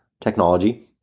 technology